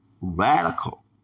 Radical